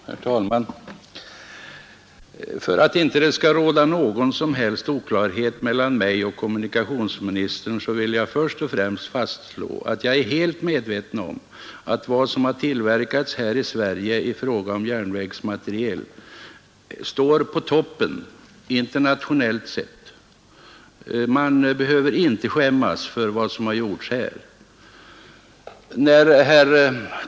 Herr talman! För att det inte skall råda någon som helst oklarhet mellan mig och kommunikationsministern vill jag först och främst fastslå att jag är helt medveten om att vad som har tillverkats här i Sverige i fråga om järnvägsmateriel står på toppen internationellt sett. Man behöver inte skämmas för vad som har gjorts här.